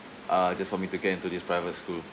uh just for me to get into this private school